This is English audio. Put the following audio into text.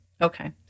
Okay